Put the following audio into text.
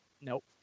nope